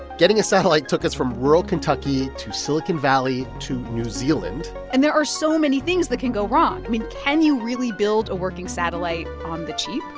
getting a satellite took us from rural kentucky to silicon valley to new zealand and there are so many things that can go wrong. i mean, can you really build a working satellite on the cheap?